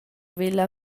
vella